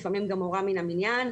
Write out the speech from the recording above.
לפעמים גם מורה מן המניין,